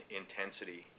intensity